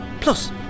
Plus